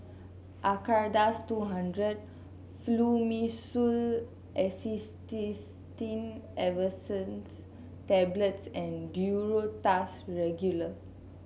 Acardust two Hundred Fluimucil Acetylcysteine Effervescent Tablets and Duro Tuss Regular